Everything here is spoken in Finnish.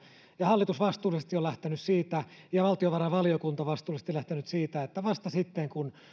ja hallitus vastuullisesti on lähtenyt siitä ja valtiovarainvaliokunta vastuullisesti lähtenyt siitä että vasta sitten kun